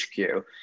HQ